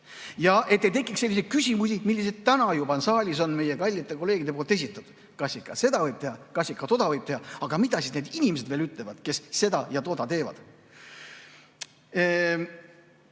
Ja et ei tekiks selliseid küsimusi, milliseid täna saalis on meie kallid kolleegid esitanud: kas ikka seda võib teha, kas ikka toda võib teha, aga mida need inimesed ütlevad, kes seda ja toda teevad?